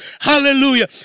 Hallelujah